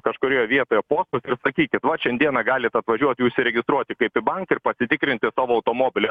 kažkurioj vietoje postus sakykit vat šiandieną galit atvažiuot užsiregistruoti kaip į banką ir patikrinti tavo automobilį